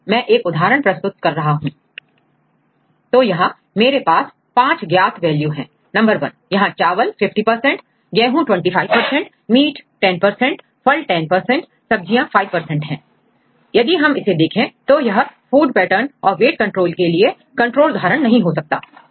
यहां मैं एक उदाहरण प्रस्तुत कर रहा हूं तो यहां मेरे पास 5 ज्ञात वैल्यू है नंबर वन 01 यहां चावल 50 गेहूं 25 मीट 10फल 10 सब्जियां 5 है यदि हम इसे देखें तो यह food पैटर्न और वेट कंट्रोल के लिए कंट्रोल उदाहरण नहीं हो सकता